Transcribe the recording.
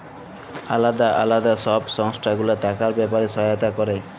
আলদা আলদা সব সংস্থা গুলা টাকার ব্যাপারে সহায়তা ক্যরে